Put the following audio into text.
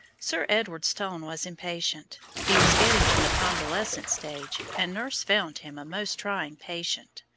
sir edward's tone was impatient. he was getting to the convalescent stage, and nurse found him a most trying patient.